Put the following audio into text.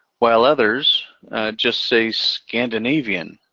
while others just say scandinavian.